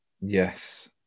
Yes